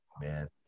man